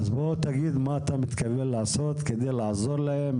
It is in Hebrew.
אז בוא תגיד מה אתה מתכוון לעשות כדי לעזור להם,